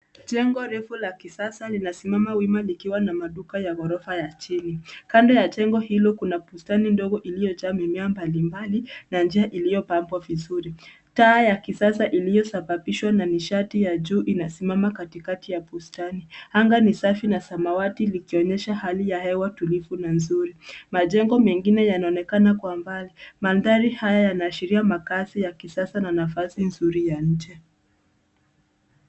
Jengo refu la kisasa linasimama wima likiwa na maduka ya ghorofa ya chin. Kando ya jengo hilo, kuna bustani ndogo iliyojaa mimea mbalimbali na njia iliyopambwa vizuri. Taa ya kisasa iliyosababishwa na nishati ya juu inasimama katikati ya bustani. Anga ni safi na samawati likionyesha hali ya hewa tulivu na nzuri. Majengo mengine yanaonekana kwa mbali. Mandhari haya yanaashiria makazi ya kisasa na nafasi nzuri ya nje.